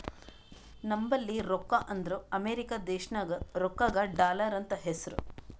ನಂಬಲ್ಲಿ ರೊಕ್ಕಾ ಅಂದುರ್ ಅಮೆರಿಕಾ ದೇಶನಾಗ್ ರೊಕ್ಕಾಗ ಡಾಲರ್ ಅಂತ್ ಹೆಸ್ರು